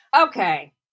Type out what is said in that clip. Okay